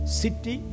city